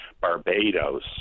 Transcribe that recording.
Barbados